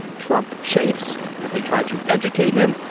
trump chafes because they tried to educate him.